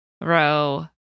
row